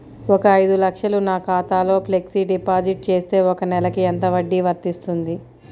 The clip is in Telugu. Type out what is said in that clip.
ఒక ఐదు లక్షలు నా ఖాతాలో ఫ్లెక్సీ డిపాజిట్ చేస్తే ఒక నెలకి ఎంత వడ్డీ వర్తిస్తుంది?